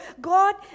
God